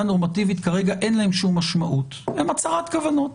נורמטיבית אין שום משמעות - הם הצהרת כוונות